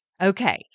Okay